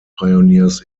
pioneers